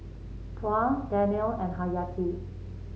Tuah Daniel and Haryati